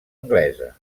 anglesa